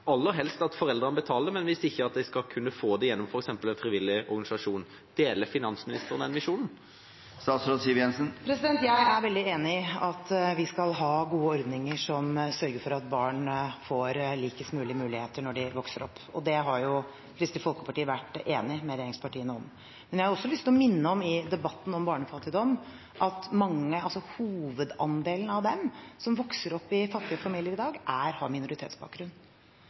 aller helst at foreldrene betaler, men hvis ikke skal de kunne få det f.eks. gjennom en frivillig organisasjon. Deler finansministeren den visjonen? Jeg er veldig enig i at vi skal ha gode ordninger som sørger for at barn får likest mulig muligheter når de vokser opp. Det har Kristelig Folkeparti vært enig med regjeringspartiene om. Jeg har også lyst til å minne om i debatten om barnefattigdom at hovedandelen av barn som vokser opp i fattige familier i dag, har minoritetsbakgrunn.